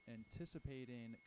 anticipating